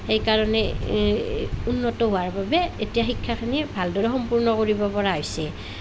সেইকাৰণে উন্নত হোৱাৰ বাবে এতিয়া শিক্ষাখিনি ভালদৰে সম্পূৰ্ণ কৰিব পৰা হৈছে